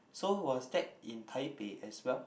so was that in Taipei as well